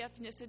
ethnicity